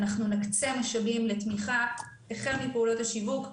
אנחנו נקצה משאבים לתמיכה החל מפעולות השיווק,